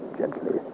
gently